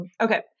Okay